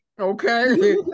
Okay